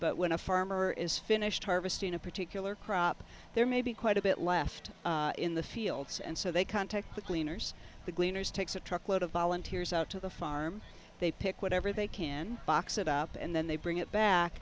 but when a farmer is finished harvesting a particular crop there may be quite a bit left in the fields and so they contact the cleaners the gleaners takes a truckload of volunteers out to the farm they pick whatever they can box it up and then they bring it back